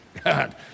God